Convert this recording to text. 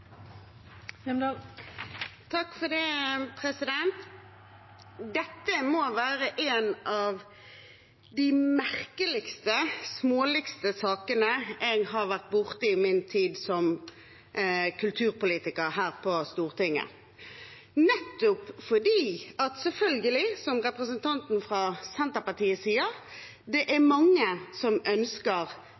Dette må være en av de merkeligste, småligste sakene jeg har vært borti i min tid som kulturpolitiker her på Stortinget, nettopp fordi det selvfølgelig, som representanten fra Senterpartiet sier, er mange som ønsker